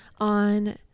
on